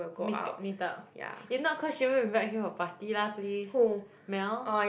meet meet up if not close she won't invite you to her party lah please Mel